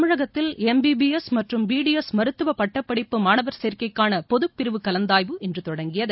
தமிழகத்தில் M B B S மற்றும் B D S மருத்துவப்பட்டப் படிப்பு மாணவர் சேர்க்கைக்கான பொதுப்பிரிவு கலந்தாய்வு இன்று தொடங்கியது